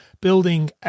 building